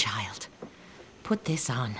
child put this on